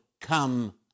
come